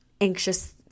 anxious